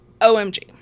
OMG